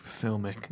filmic